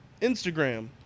Instagram